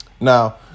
Now